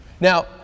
Now